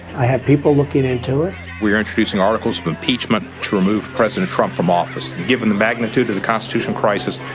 i had people looking into it we are introducing articles of impeachment to remove president trump from office. given the magnitude of the constitutional crisis,